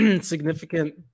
significant